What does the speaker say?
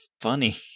funny